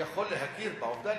אני יכול להכיר בעובדה,